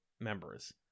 members